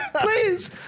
please